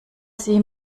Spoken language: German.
sie